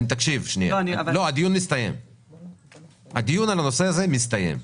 הדיון על הנושא הזה מסתיים.